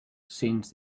since